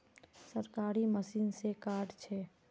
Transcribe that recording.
सरकारी मशीन से कार्ड छै?